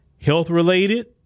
Health-related